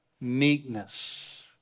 Meekness